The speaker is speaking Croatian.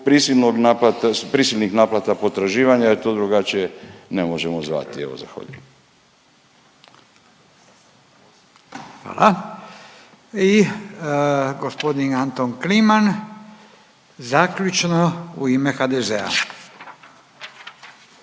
prisilnih naplata potraživanja jer to drugačije ne možemo zvati. Evo, zahvaljujem. **Radin, Furio (Nezavisni)** Hvala. I g. Anton Kliman zaključno u ime HDZ-a. Izvolite.